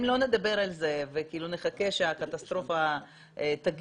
אם לא נדבר על זה ונחכה שהקטסטרופה תגיע,